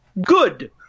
good